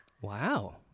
Wow